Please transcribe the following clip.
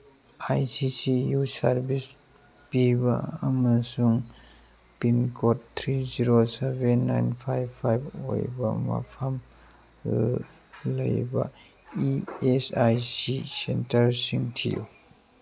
ꯑꯥꯏ C C U service ꯄꯤꯕ ꯑꯃꯁꯨꯡ pin code three zero seven nine ꯐꯥꯏꯕ ꯐꯥꯏꯕ ꯑꯣꯏꯕ ꯃꯐꯝ ꯂꯩꯕ ꯏ ꯑꯦꯁ ꯑꯥꯏ ꯁꯤ ꯁꯦꯟꯇꯔꯁꯤꯡ ꯊꯤꯌꯨ